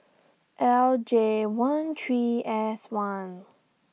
L J one three S one